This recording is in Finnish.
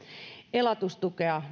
elatustukea